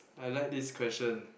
I like this question